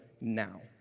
now